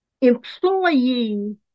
employee